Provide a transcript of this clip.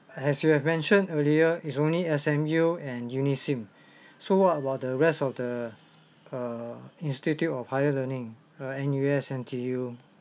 as you've mentioned earlier is only S_M_U and UNISIM so what about the rest of the uh institute of higher learning err N_U_S N_T_U